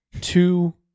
two